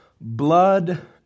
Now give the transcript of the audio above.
blood